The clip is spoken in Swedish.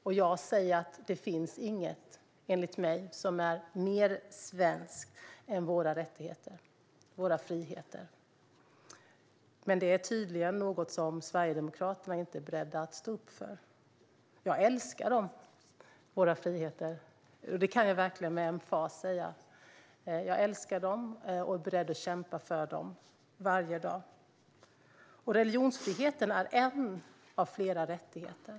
Och jag säger att det, enligt mig, inte finns något mer svenskt än våra rättigheter och friheter. Men dem är Sverigedemokraterna tydligen inte beredda att stå upp för. Jag älskar våra friheter. Jag kan verkligen med emfas säga att jag älskar dem och är beredd att kämpa för dem, varje dag. Religionsfriheten är en av flera rättigheter.